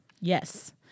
Yes